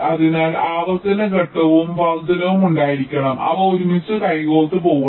അതിനാൽ ആവർത്തന ഘട്ടവും വർദ്ധനയും ഉണ്ടായിരിക്കണം അവ ഒരുമിച്ച് കൈകോർത്ത് പോകണം